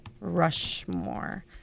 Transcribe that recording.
Rushmore